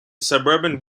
suburban